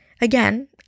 again